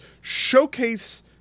showcase